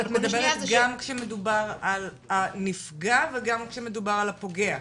גם כשמדובר על הנפגע וגם כשמדובר על הפוגע?